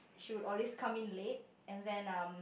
she would always come in late and then um